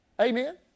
Amen